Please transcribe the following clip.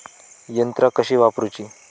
यंत्रा कशी वापरूची?